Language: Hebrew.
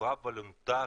בצורה וולונטרית,